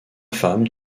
femme